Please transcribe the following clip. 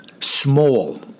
small